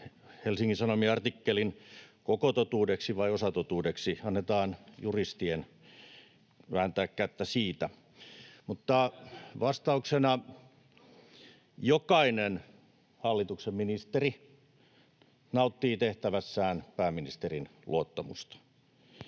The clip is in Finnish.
Helsingin Sanomien artikkelin koko totuudeksi vai osatotuudeksi, annetaan juristien vääntää kättä siitä. [Mai Kivelän välihuuto] Mutta vastauksena: Jokainen hallituksen ministeri nauttii tehtävässään pääministerin luottamusta,